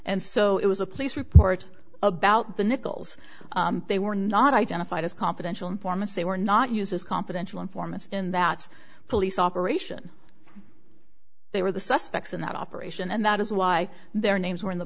and so it was a police report about the nichols they were not identified as confidential informants they were not used as confidential informants in that police operation they were the suspects in that operation and that is why their names were in the